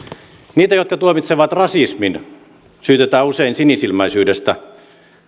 niitä jotka tuomitsevat rasismin syytetään usein sinisilmäisyydestä